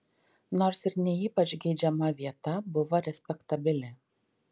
nors ir ne ypač geidžiama vieta buvo respektabili